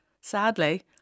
Sadly